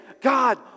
God